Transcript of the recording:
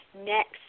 next